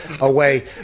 away